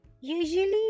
Usually